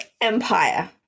empire